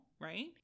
right